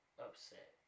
upset